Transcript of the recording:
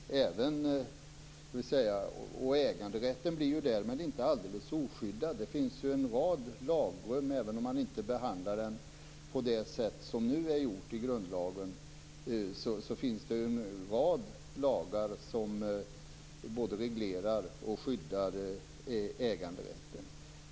Därmed blir ju inte äganderätten alldeles oskyddad. Även om man inte behandlar den på samma sätt som nu i grundlagen finns det en rad lagar som både reglerar och skyddar äganderätten.